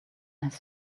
his